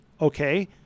Okay